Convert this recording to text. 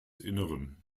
innern